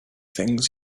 things